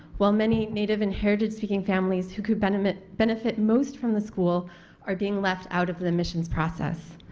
while many native and heritage speaking families who could benefit benefit most from the school are being left out of the admissions process.